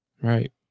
Right